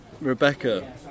Rebecca